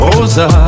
Rosa